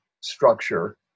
structure